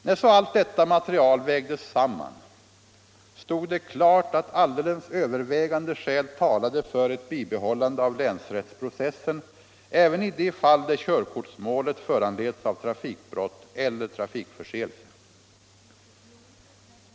När så allt detta material vägdes samman stod det klart att alldeles övervägande skäl talade för ett bibehållande av länsrättsprocessen även i de fall där körkortsmålet föranleds av trafikbrott eller trafikförseelse.